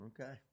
Okay